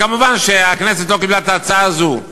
מובן שהכנסת לא קיבלה את ההצעה הזו.